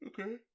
Okay